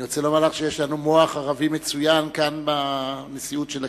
אני רוצה לומר לך שיש לנו מוח ערבי מצוין כאן בנשיאות של הכנסת,